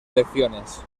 elecciones